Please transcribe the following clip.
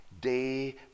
day